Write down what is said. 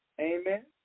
Amen